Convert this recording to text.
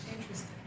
Interesting